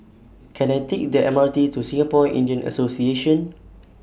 Can I Take The M R T to Singapore Indian Association